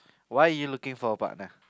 why you looking for a partner